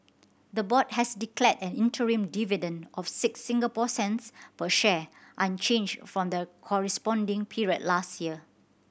the board has declared an interim dividend of six Singapore cents per share unchanged from the corresponding period last year